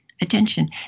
attention